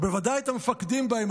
ובוודאי את המפקדים בהם,